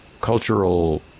cultural